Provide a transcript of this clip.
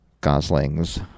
Gosling's